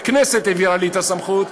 הכנסת העבירה לי את הסמכות.